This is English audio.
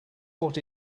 what